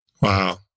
Wow